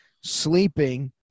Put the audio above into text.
sleeping